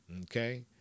Okay